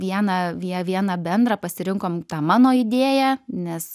vieną vie vieną bendrą pasirinkom tą mano idėją nes